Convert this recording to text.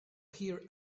here